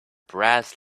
brass